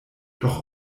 doch